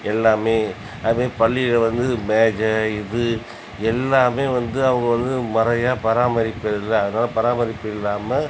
எல்லாம் அது பள்ளியில் வந்து மேஜை இது எல்லாம் வந்து அவங்க வந்து முறையாக பராமரிக்கிறதில்லை அதனால பராமரிப்பு இல்லாமல்